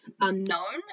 unknown